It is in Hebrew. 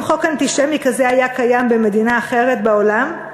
אם חוק אנטישמי כזה היה קיים במדינה אחרת בעולם,